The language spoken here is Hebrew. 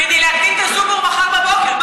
כדי להקדים את הזובור מחר בבוקר.